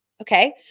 Okay